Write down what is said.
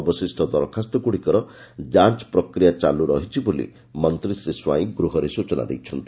ଅବଶିଷ ଦରଖାସ୍ତଗୁଡ଼ିକର ଯାଞ ପ୍ରକ୍ରିୟା ଚାଲୁ ରହିଛି ବୋଲି ମନ୍ତୀ ଶ୍ରୀ ସ୍ୱାଇଁ ଗୃହରେ ସ୍ୟଚନା ଦେଇଛନ୍ତି